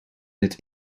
het